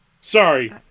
Sorry